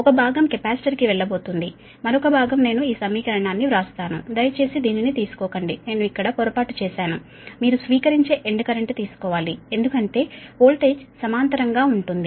ఒక భాగం కెపాసిటర్ కి వెళ్ళ బోతోంది మరొక భాగం నేను ఈ సమీకరణాన్ని వ్రాస్తాను దయచేసి దీనిని తీసుకోకండి నేను ఇక్కడ పొరపాటు చేశాను మీరు స్వీకరించే ఎండ్ కరెంట్ తీసుకోవాలి ఎందుకంటే వోల్టేజ్ సమాంతరంగా ఉంటుంది